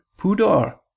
pudor